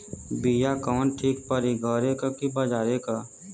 बिया कवन ठीक परी घरे क की बजारे क?